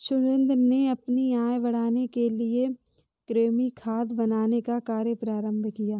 सुरेंद्र ने अपनी आय बढ़ाने के लिए कृमि खाद बनाने का कार्य प्रारंभ किया